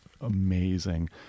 amazing